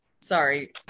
Sorry